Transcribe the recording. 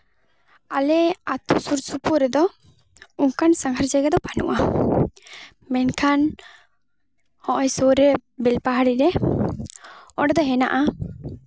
ᱟᱞᱮ ᱟᱛᱳ ᱥᱩᱨ ᱥᱩᱯᱩᱨ ᱨᱮᱫᱚ ᱚᱱᱠᱟᱱ ᱥᱟᱸᱜᱷᱟᱨ ᱡᱟᱭᱜᱟ ᱫᱚ ᱵᱟᱹᱱᱩᱜᱼᱟ ᱢᱮᱱᱠᱷᱟᱱ ᱦᱚᱜᱼᱚᱭ ᱥᱩᱨ ᱨᱮ ᱵᱮᱞᱯᱟᱦᱟᱲᱤ ᱨᱮ ᱚᱸᱰᱮ ᱫᱚ ᱦᱮᱱᱟᱜᱼᱟ